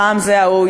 פעם זה ה-OECD,